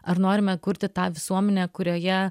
ar norime kurti tą visuomenę kurioje